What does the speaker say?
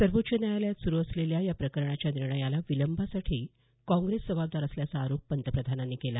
सर्वोच्च न्यायालयात सुरू असलेल्या या प्रकरणाच्या निर्णयाला विलंबासाठी काँग्रेस जबाबदार असल्याचा आरोप पंतप्रधानांनी केला